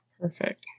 Perfect